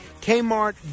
Kmart